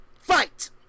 Fight